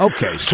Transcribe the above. Okay